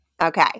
Okay